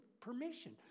permission